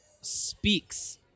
speaks